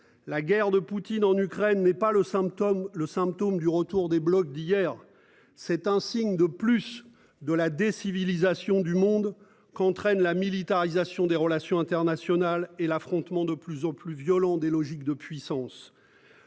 La guerre de Poutine en Ukraine n'est pas le symptôme le symptôme du retour des blocs d'hier. C'est un signe de plus de la décivilisation du monde qu'entraîne la militarisation des relations internationales et l'affrontement de plus en plus violents, des logiques de puissance.